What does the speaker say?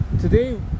today